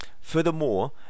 furthermore